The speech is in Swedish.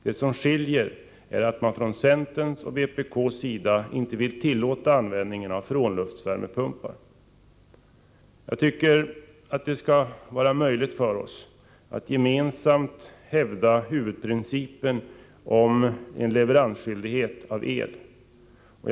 Det som skiljer är att man från centerns och vpk:s sida inte vill tillåta användningen av frånluftsvärmepumpar. Jag tycker att det bör vara möjligt för oss att gemensamt hävda huvudprincipen om leveransskyldighet i fråga om el.